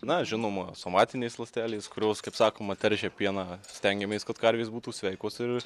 na žinoma somatinės ląstelės kurios kaip sakoma teršia pieną stengiamės kad karvės būtų sveikos ir